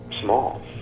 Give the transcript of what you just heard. small